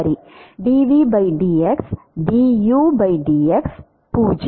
சரி dvdx du dx 0